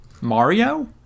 Mario